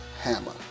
hammer